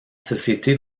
société